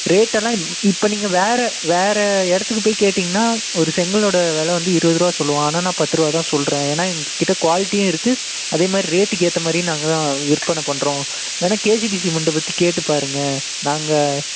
rate எல்லாம் இப்போ நீங்கள் வேறு வேறு இடத்துக்கு போய் கேட்டீங்கன்னால் ஒரு செங்கலோட விலை வந்து இருபது ரூபா சொல்லுவான் ஆனால் நான் பத்து ரூபா தான் சொல்லுகிறேன் ஏன்னால் எங்கள் கிட்டே குவாலிட்டியும் இருக்குது அதே மாதிரி ரேட்டுக்கு ஏற்ற மாதிரியும் நாங்கள் விற்பனை பண்ணுறோம் வேணுனால் கேசிபி சிமெண்ட்டை பற்றி கேட்டு பாருங்க நாங்கள்